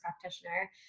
practitioner